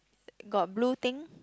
got blue thing